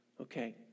okay